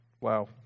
Wow